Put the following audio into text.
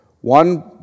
One